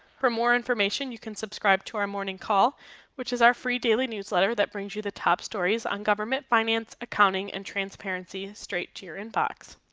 for more information, you can subscribe to our morning call which is our free daily newsletter that brings you the top stories on government, finance, accounting and transparency straight to your inbox.